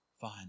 Fine